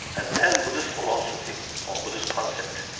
and then buddhist philosophy or buddhist concept,